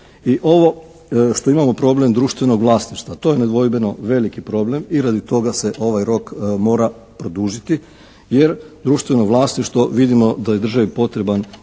i ovo što imamo problem društvenog vlasništva, to je nedvojbeno veliki problem i radi toga se ovaj rok mora produžiti, jer društveno vlasništvo vidimo da je državi potreban